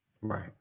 Right